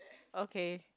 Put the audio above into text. okay